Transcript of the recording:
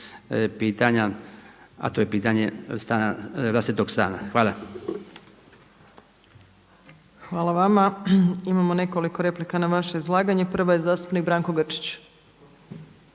pitanja a to je pitanje vlastitog stana. Hvala. **Opačić, Milanka (SDP)** Hvala vama. Imamo nekoliko replika na vaše izlaganje. Prva je zastupnik Branko Grčić.